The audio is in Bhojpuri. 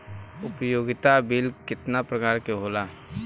उपयोगिता बिल केतना प्रकार के होला?